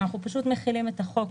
אנחנו פשוט מחילים את החוק,